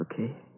Okay